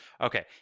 Okay